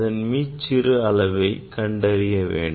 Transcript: அதன் மீச்சிறு அளவை கண்டறிய வேண்டும்